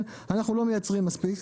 אנחנו לא מייצרים מספיק.